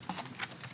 הישיבה ננעלה בשעה